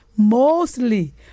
mostly